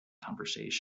conversation